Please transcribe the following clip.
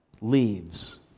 leaves